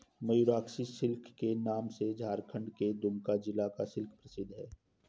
Mayurakshi silk के नाम से झारखण्ड के दुमका जिला का सिल्क प्रसिद्ध है